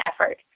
effort